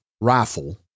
rifle